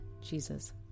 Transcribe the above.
Jesus